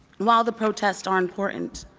while the protests are important.